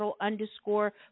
underscore